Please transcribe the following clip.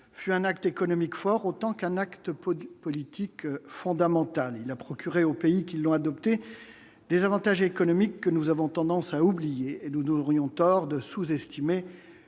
fut un acte économique fort autant qu'un acte politique politique fondamentale, il a procuré aux pays qui l'ont adopté des avantages économiques que nous avons tendance à oublier et nous donnerions tort de sous-estimer